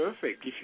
perfect